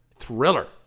thriller